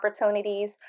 opportunities